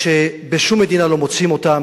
שבשום מדינה לא מוצאים אותן,